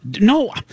No